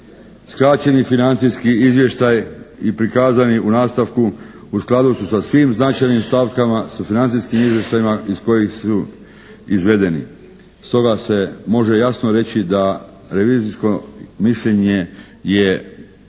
skraćeni financijski izvještaj i prikazani u nastavku u skladu su sa svim značajnim stavkama, sa financijskim izvještajima iz kojih su izvedeni. Stoga se može jasno reći da revizijsko mišljenje je